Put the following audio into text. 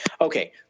Okay